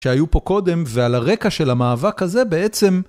שהיו פה קודם ועל הרקע של המאבק הזה בעצם...